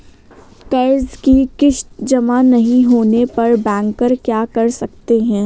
कर्ज कि किश्त जमा नहीं होने पर बैंकर क्या कर सकते हैं?